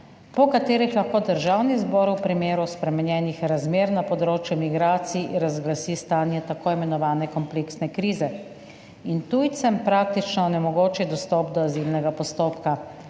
po katerih lahko Državni zbor v primeru spremenjenih razmer na področju migracij razglasi stanje tako imenovane kompleksne krize in tujcem praktično onemogoči dostop do azilnega postopka,